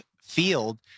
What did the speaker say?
field